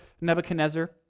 Nebuchadnezzar